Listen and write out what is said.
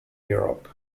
europe